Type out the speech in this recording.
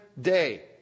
day